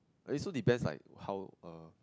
it also depends like how err